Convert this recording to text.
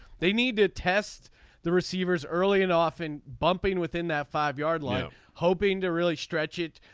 they need to test the receivers early and often bumping within that five yard line hoping to really stretch it.